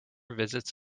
visits